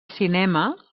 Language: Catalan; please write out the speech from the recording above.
cinema